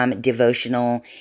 devotional